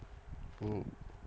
mm